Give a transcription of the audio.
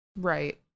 Right